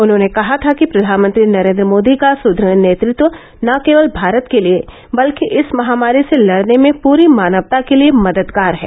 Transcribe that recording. उन्होंने कहा था कि प्रधानमंत्री नरेंद्र मोदी का सुदृढ़ नेतृत्व न केवल भारत के लिए बल्कि इस महामारी से लड़ने में पुरी मानवता के लिए मददगार है